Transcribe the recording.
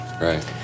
Right